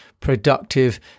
productive